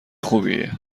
خوبیه